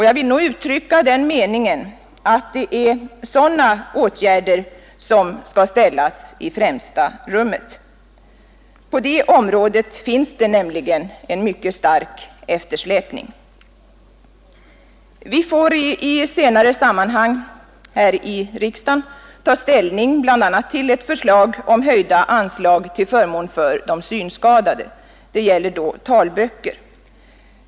Jag vill nog uttrycka den meningen, att det är sådana åtgärder som bör sättas i främsta rummet; på det området finns det nämligen en mycket stark eftersläpning. Vi får i ett senare sammanhang här i riksdagen ta ställning till bl.a. ett förslag om höjda anslag till förmån för de synskadade. Det gäller då talböcker.